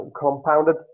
compounded